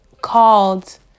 called